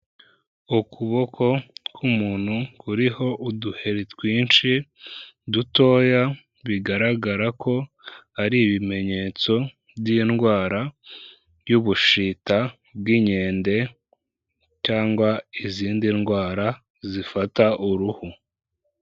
Ukuboko k'umuntu kuriho uduheri twinshi dutoya, bigaragara ko ari ibimenyetso by'indwara y'ubushita bw'inkende cyangwa izindi ndwara zifata uruhu.